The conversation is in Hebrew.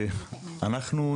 אנחנו,